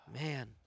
Man